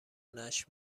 نشر